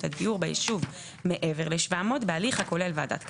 הדיור ביישוב מעבר ל-700 בהליך הכולל ועדת קבלה,